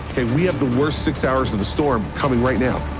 okay? we have the worst six hours of the storm coming right now.